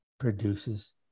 produces